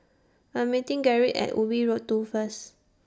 I'm meeting Gerrit At Ubi Road two First